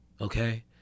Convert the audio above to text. okay